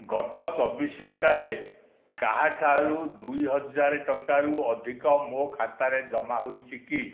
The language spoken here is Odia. ଗତ ଚବିଶ ଘଣ୍ଟାରେ କାହାଠାରୁ ଦୁଇ ହଜାର ଟଙ୍କାରୁ ଅଧିକ ମୋ' ଖାତାରେ ଜମା ହୋଇଛି କି